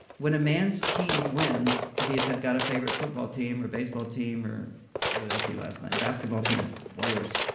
when a man's team wins, if he's like got a favorite football team or baseball team, or what did i see last night basketball team, warriors.